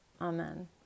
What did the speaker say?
Amen